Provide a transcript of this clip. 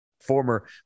Former